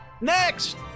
Next